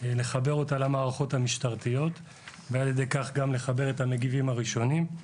לחבר אותה למערכות המשטרתיות ועל ידי כך גם לחבר את המגיבים הראשונים.